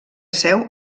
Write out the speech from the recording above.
seu